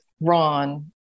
Ron